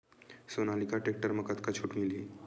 Sonalika tractor म कतका छूट मिलही?